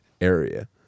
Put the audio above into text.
area